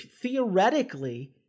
theoretically